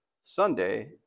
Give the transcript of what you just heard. Sunday